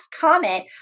comment